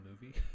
movie